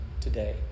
today